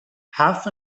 half